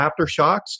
aftershocks